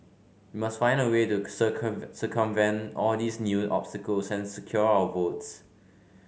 must find a way to circumvent all these new obstacles and secure our votes